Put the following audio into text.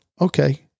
okay